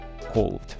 cold